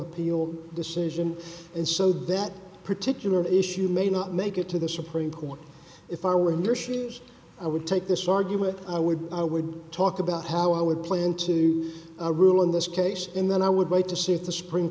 appeal decision and so that particular issue may not make it to the supreme court if i were in your shoes i would take this argument i would i would talk about how i would play into a rule in this case and then i would wait to see if the supreme